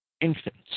infants